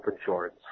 insurance